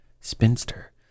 spinster